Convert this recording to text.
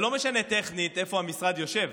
זה לא משנה טכנית איפה המשרד יושב,